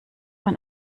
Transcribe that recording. man